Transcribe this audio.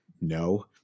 no